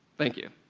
thank you.